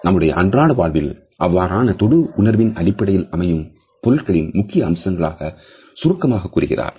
நம்முடைய அன்றாட வாழ்வில் அவ்வாறான தொடு உணர்வின் அடிப்படையில் அமையும் பொருட்களின் முக்கிய அம்சங்களை சுருக்கமாகக் கூறுகிறார்